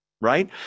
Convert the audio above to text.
right